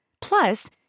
Plus